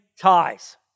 ties